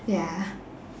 ya